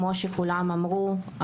כמו שכולם אמרו,